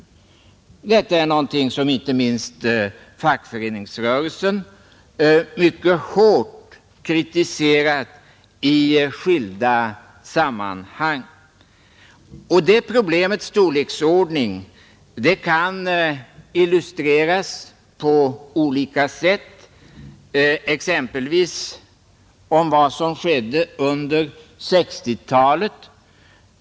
Detta är någonting som inte minst fackföreningsrörelsen mycket hårt kritiserat i skilda sammanhang. Och det problemets storleksordning kan illustreras på olika sätt, exempelvis med vad som skedde under 1960-talet.